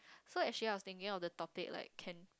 so actually I was thinking of the topic like can